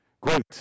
great